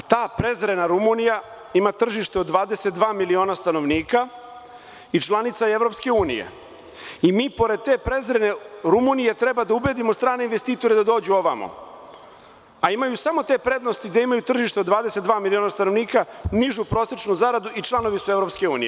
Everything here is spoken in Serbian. A ta prezrena Rumunija ima tržište od 22 miliona stanovnika i članica je EU i mi pored te prezrene Rumunije treba da ubedimo strane investitore da dođu ovamo, a imaju samo te prednosti da imaju tržište od 22 miliona stanovnika, nižu prosečnu zaradu i članovi su EU.